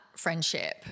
Friendship